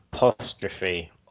apostrophe